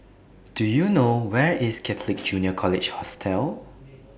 Do YOU know Where IS Catholic Junior College Hostel